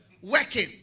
working